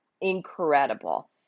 incredible